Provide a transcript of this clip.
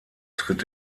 tritt